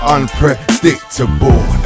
Unpredictable